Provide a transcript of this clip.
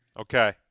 Okay